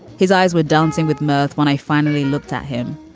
his eyes were dancing with mirth when i finally looked at him.